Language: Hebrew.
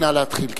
נא להתחיל.